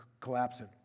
collapsing